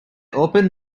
opened